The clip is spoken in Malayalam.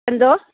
എന്തോ